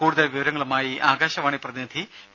കൂടുതൽ വിവരങ്ങളുമായി ആകാശവാണി പ്രതിനിധി പി